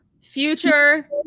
future